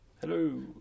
Hello